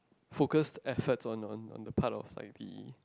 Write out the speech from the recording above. focus effort on on on the part of like the